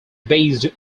based